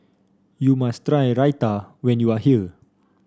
you must try Raita when you are here